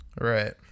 Right